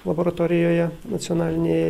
laboratorijoje nacionalinėj